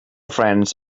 friends